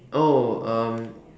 oh um